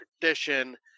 tradition